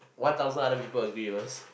one thousand other people agree with us